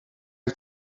wyt